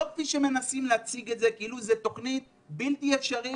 לא כפי שמנסים להציג את זה כאילו זו תוכנית בלתי אפשרית